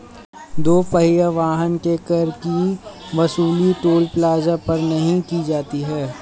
दो पहिया वाहन से कर की वसूली टोल प्लाजा पर नही की जाती है